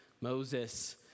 Moses